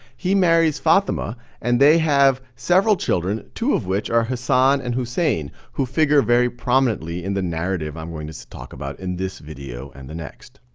he marries fatimah and they have several children, two of which are hassan and hussein who figure very prominently in the narrative i'm going to to talk about in this video and the next.